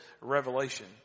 Revelation